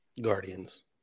Guardians